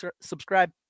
subscribe